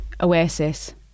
Oasis